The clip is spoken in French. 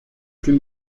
plus